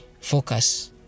focus